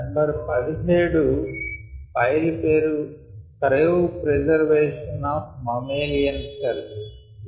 number 17 file పేరు 'cryopreservation of mammalian cells' cryopreservation of adherent mammalian cells